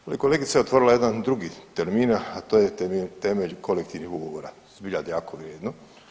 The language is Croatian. Ovdje kolegica je otvorila jedan drugi termin, a to je temelj kolektivnih ugovora, zbilja jako vrijedno.